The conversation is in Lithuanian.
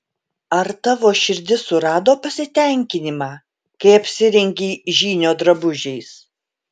ar tavo širdis surado pasitenkinimą kai apsirengei žynio drabužiais